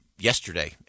Yesterday